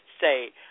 say